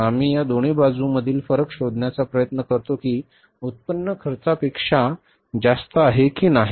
मग आम्ही या दोन्ही बाजू मधील फरक शोधण्याचा प्रयत्न करतो की उत्पन्न खर्चापेक्षा जास्त आहे की नाही